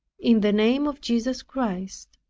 in the name of jesus christ.